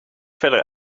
verder